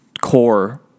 core